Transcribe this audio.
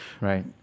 Right